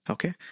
Okay